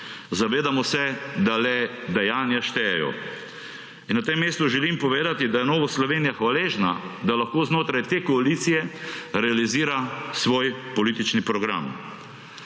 Zavedamo se, da le dejanja štejejo. Na tem mestu želim povedati, da je Nova Slovenija hvaležna, da lahko znotraj te koalicije realizira svoj politični program.